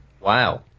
wow